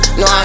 no